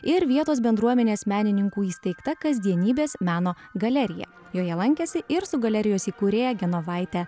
ir vietos bendruomenės menininkų įsteigta kasdienybės meno galerija joje lankėsi ir su galerijos įkūrėja genovaite